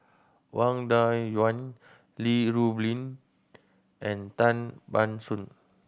Wang Dayuan Li Rulin and Tan Ban Soon